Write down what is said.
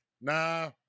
nah